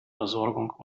versorgung